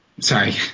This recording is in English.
Sorry